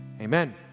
Amen